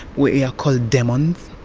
we are called demons,